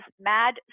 mad